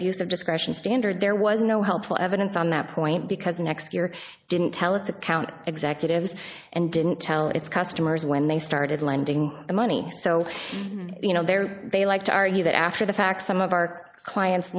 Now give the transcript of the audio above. of discretion standard there was no helpful evidence on that point because the next year didn't tell us account executives and didn't tell its customers when they started lending the money so you know there they like to argue that after the fact some of our clients